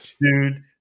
dude